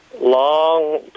Long